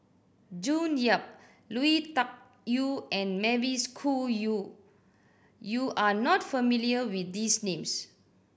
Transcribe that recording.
June Yap Lui Tuck Yew and Mavis Khoo Yew you are not familiar with these names